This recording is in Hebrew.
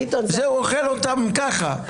הוא אוכל אותן ככה.